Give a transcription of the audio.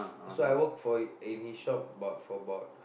so I work for in his shop about for about